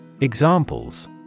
Examples